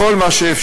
בכל מה שאפשר.